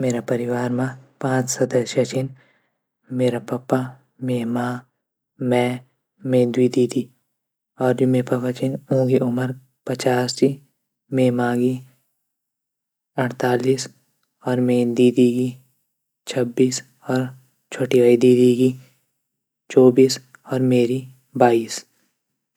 मेरू परिवार मा पांच सदस्य छन मेरा पपा मेरी माँ, मै मेरी दुवि दीदी। मै पापा छन उंकी उम्र पचास, मे मां भी अड़तालीस अर मेरी दीदी छब्बीस और छुट्टी वली दीदी 24 और मेरी बाइस